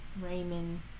Raymond